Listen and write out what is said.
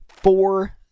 four